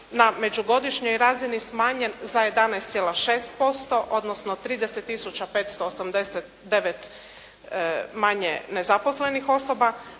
na međugodišnjoj razini smanjen za 11,6%, odnosno 30 tisuća 589 manje nezaposlenih osoba,